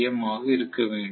M ஆக இருக்க வேண்டும்